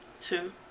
Two